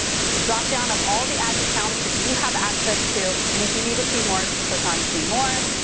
there's a dropdown of all the ads accounts that you have access to, and if you need to see more, just click on see more,